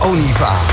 Oniva